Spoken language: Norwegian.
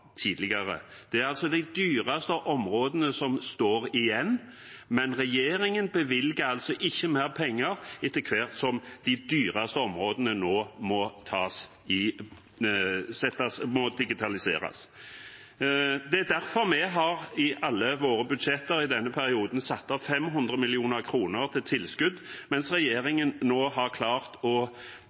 tidligere. Det er altså de dyreste områdene som står igjen, men regjeringen bevilger ikke mer penger etter hvert som de dyreste områdene nå må digitaliseres. Det er derfor vi i alle våre budsjetter i denne perioden har satt opp 500 mill. kr til tilskudd, mens regjeringen nå har klart det som vi i Rogaland kaller å